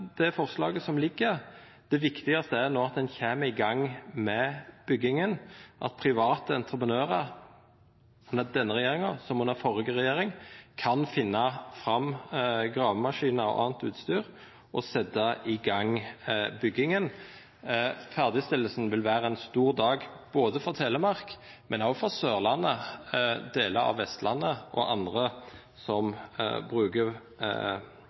støttar forslaget som ligg føre. Det viktigaste er no at ein kjem i gang med bygginga, at private entreprenørar under denne regjeringa, som under førre regjering, kan finna fram gravemaskina og anna utstyr og setja i gang bygginga. Ferdigstillinga vil vera ein stor dag for både Telemark og Sørlandet, delar av Vestlandet og andre som bruker